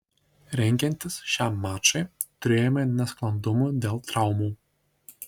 rengiantis šiam mačui turėjome nesklandumų dėl traumų